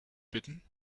bitten